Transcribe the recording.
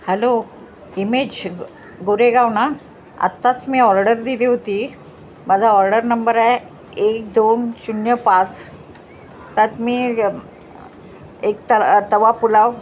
hello Himesh Goregaon ना आत्ताच मी ऑर्डर दिली होती माझा ऑर्डर नंबर आहे एक दोन शून्य पाच त्यात मी एक तवा पुलाव